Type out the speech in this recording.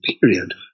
period